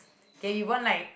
okay you want like